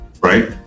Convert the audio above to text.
right